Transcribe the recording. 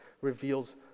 reveals